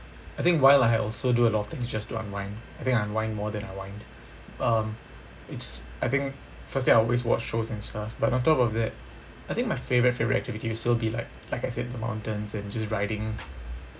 I think while I also do a lot of things just to unwind I think I unwind more than I wind um it's I think firstly I always watch shows and stuff but on top of that I think my favourite favourite activity will still be like like I said the mountains and just riding